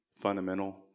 fundamental